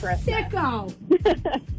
Sicko